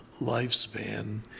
lifespan